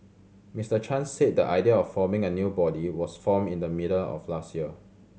Mister Chan said the idea of forming a new body was formed in the middle of last year